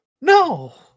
no